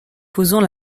posant